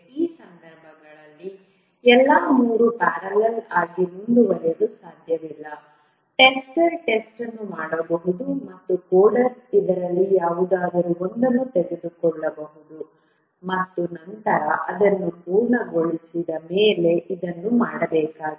ಆ ಸಂದರ್ಭಗಳಲ್ಲಿ ಎಲ್ಲಾ ಮೂರು ಪ್ಯಾರಲಲ್ ಆಗಿ ಮುಂದುವರೆಯಲು ಸಾಧ್ಯವಿಲ್ಲ ಟೆಸ್ಟರ್ ಟೆಸ್ಟ್ ಅನ್ನು ಮಾಡಬಹುದು ಮತ್ತು ಕೋಡರ್ ಇದರಲ್ಲಿ ಯಾವುದಾದರೂ ಒಂದನ್ನು ತೆಗೆದುಕೊಳ್ಳಬಹುದು ಮತ್ತು ನಂತರ ಅದನ್ನು ಪೂರ್ಣಗೊಳಿಸಿದ ನಂತರ ಇದನ್ನು ಮಾಡಬೇಕಾಗಿದೆ